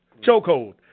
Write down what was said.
chokehold